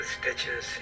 stitches